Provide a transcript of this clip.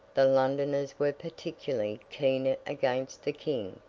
the londoners were particularly keen against the king,